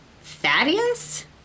Thaddeus